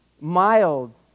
mild